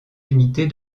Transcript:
unités